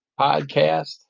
podcast